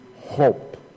hope